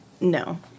no